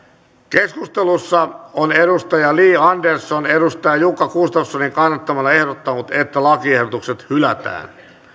keskustelussa on li andersson jukka gustafssonin kannattamana ehdottanut että lakiehdotukset hylätään